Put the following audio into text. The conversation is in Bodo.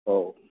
औ